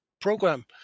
program